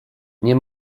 nie